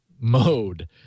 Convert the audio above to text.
mode